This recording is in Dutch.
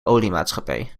oliemaatschappij